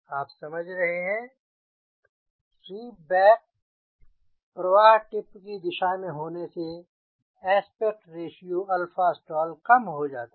आप समझ रहे हैं स्वीप बैक प्रवाह टिप की दिशा में होने से एस्पेक्ट रेश्यो और 𝛼stall कम हो जाता है